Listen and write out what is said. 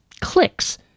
clicks